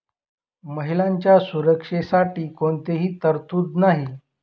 महिलांच्या सुरक्षेसाठी कोणतीही तरतूद नाही